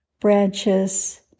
branches